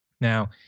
Now